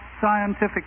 scientific